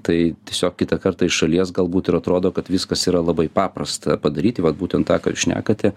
tai tiesiog kitą kartą iš šalies galbūt ir atrodo kad viskas yra labai paprasta padaryti būtent tą ką jūs šnekate